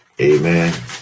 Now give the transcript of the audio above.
Amen